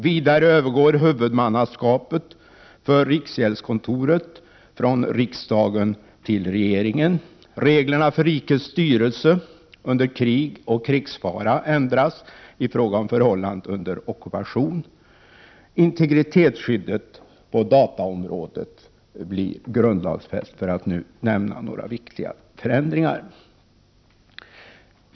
Vidare övergår huvudmannaskapet för riksgäldskontoret från riksdagen till regeringen. Reglerna för rikets styrelse under krig och krigsfara ändras i fråga om förhållandet under ockupation. Integritetsskyddet på dataområdet blir grundlagsfäst, för att nu nämna några viktiga förändringar.